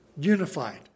unified